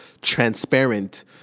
transparent